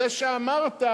זה שאמרת: